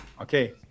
okay